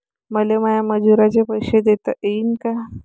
मले माया मजुराचे पैसे देता येईन का?